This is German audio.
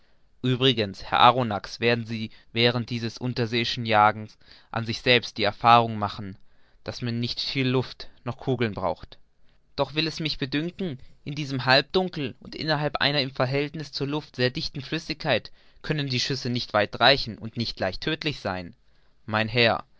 uebrigens herr arronax werden sie während dieses unterseeischen jagens an sich selbst die erfahrung machen daß man nicht viel luft noch kugeln braucht doch will es mich bedünken in diesem halbdunkel und innerhalb einer im verhältniß zur luft sehr dichten flüssigkeit können die schüsse nicht weit reichen und nicht leicht tödtlich sein mein herr